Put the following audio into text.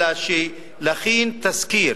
אלא, להכין תסקיר.